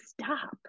stop